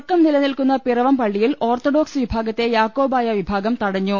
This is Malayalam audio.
തർക്കം നിലനിൽക്കുന്ന പിറവം പള്ളിയിൽ ഓർത്തഡോക്സ് വിഭാഗത്തെ യാക്കോബായ വിഭാഗം തടഞ്ഞു